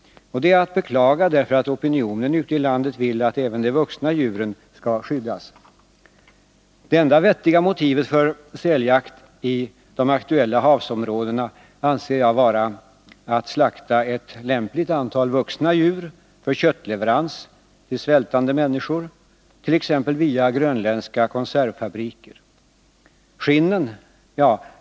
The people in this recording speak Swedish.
Det är att beklaga, därför att opinionen ute i landet vill att även de vuxna djuren skall skyddas. Det enda vettiga motivet för säljakt i de aktuella havsområdena anser jag vara att slakta ett lämpligt antal vuxna djur för köttleverans till svältande människor t.ex. via grönländska konservfabriker.